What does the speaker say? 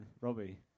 robbie